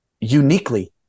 uniquely